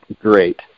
Great